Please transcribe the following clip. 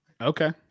Okay